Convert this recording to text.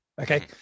Okay